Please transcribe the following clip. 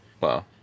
wow